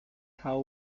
how